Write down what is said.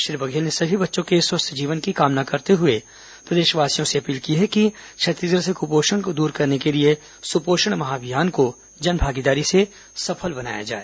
श्री बघेल ने सभी बच्चों के स्वस्थ जीवन की कामना करते हुए प्रदेशवासियों से अपील की है कि छत्तीसगढ़ से कुपोषण को दूर करने के लिए सुपोषण महाभियान को जनभागीदारी से सफल बनाया जाए